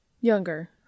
Younger